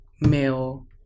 male